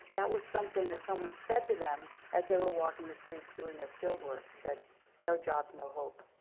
that was something that someone said to them as they were walking the streets doing their field work, said no jobs, no hope.